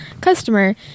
Customer